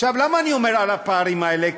עכשיו, למה אני מדבר על הפערים האלה?